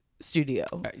studio